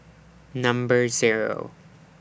Number Zero